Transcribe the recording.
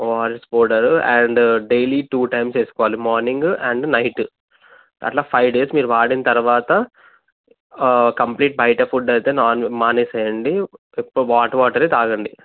ORS powder and daily two times వేసుకోవాలి morning and night అట్లా five days మీరు వాడిన తర్వాత కంప్లీట్ బయట ఫుడ్ అయితే నాన్ మానేసేయండి ఎక్కువ హాట్ వాటరే తాగండి